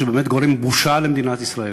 שבאמת גורמים בושה למדינת ישראל.